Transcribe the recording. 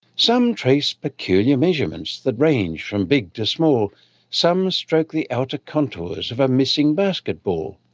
some trace peculiar measurements that range from big to small some stroke the outer contours of a missing basketball.